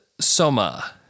Soma